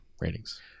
Ratings